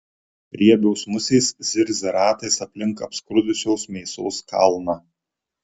riebios musės zirzia ratais aplink apskrudusios mėsos kalną